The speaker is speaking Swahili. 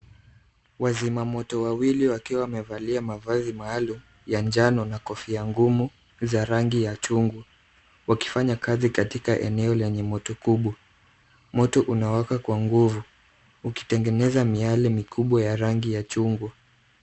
Wazima moto wawili wakiwa wamevalia mavazi maalum ya njano na kofia ngumu za rangi ya chungwa, wakifanya kazi katika eneo lenye moto kubwa. Moto unawaka kwa nguvu ukitengeneza miale mikubwa ya rangi ya chungwa.